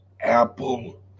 Apple